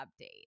update